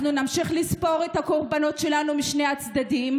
אנחנו נמשיך לספור את הקורבנות שלנו משני הצדדים,